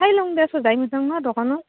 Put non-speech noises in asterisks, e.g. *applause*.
*unintelligible*